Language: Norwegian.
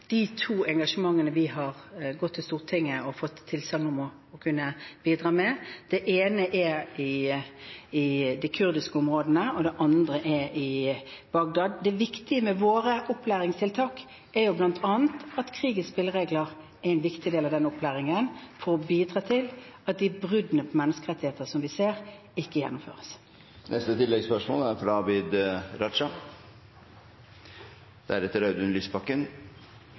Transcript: de to engasjementene vi har gått til Stortinget og fått tilsagn om å kunne bidra med. Det ene er i de kurdiske områdene, og det andre er i Bagdad. Det viktige med våre opplæringstiltak er bl.a. at krigens spilleregler er en viktig del av den opplæringen, for å bidra til at de bruddene på menneskerettigheter som vi ser, ikke gjennomføres. Abid Q. Raja – til oppfølgingsspørsmål. Religion er